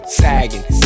sagging